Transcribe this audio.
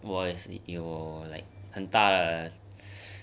我也是有 like 很大的